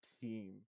team